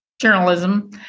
journalism